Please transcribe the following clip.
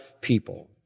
people